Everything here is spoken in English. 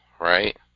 right